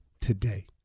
today